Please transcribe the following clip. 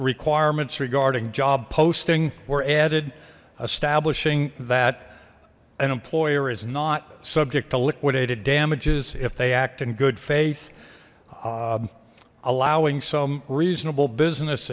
requirements regarding job posting were added establishing that an employer is not subject to liquidated damages if they act in good faith allowing some reasonable business